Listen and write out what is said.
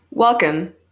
Welcome